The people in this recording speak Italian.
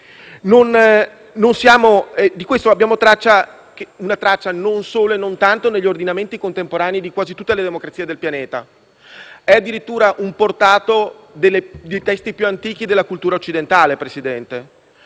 Di questo abbiamo traccia non solo e non tanto negli ordinamenti contemporanei di quasi tutte le democrazie del pianeta, ma è addirittura un portato dei testi più antichi della cultura occidentale. Presidente,